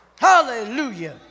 Hallelujah